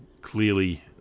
clearly